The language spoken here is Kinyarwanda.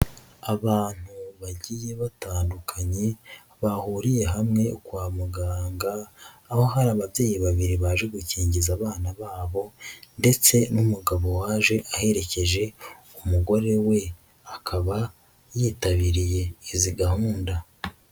Abantu bagiye batandukanye bahuriye hamwe kwa muganga aho hari ababyeyi babiri baje gukingiza abana babo ndetse n'umugabo waje aherekeje umugore we, akaba yitabiriye izi gahunda.